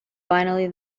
finally